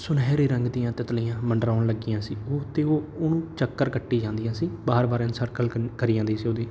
ਸੁਨਹਿਰੇ ਰੰਗ ਦੀਆਂ ਤਿਤਲੀਆਂ ਮੰਡਰਾਉਣ ਲੱਗੀਆਂ ਸੀ ਉਹ ਤੇ ਉਹ ਉਹਨੂੰ ਚੱਕਰ ਕੱਟੀ ਜਾਂਦੀਆਂ ਸੀ ਵਾਰ ਵਾਰ ਐਂ ਸਰਕਲ ਕ ਕਰੀ ਜਾਂਦੀ ਸੀ ਉਹਦੀ